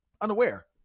unaware